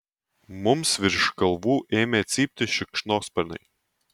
mums virš galvų ėmė cypti šikšnosparniai